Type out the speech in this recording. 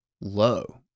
low